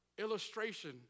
illustration